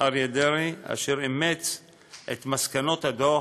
אריה דרעי, והוא אימץ את מסקנות הדוח